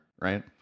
right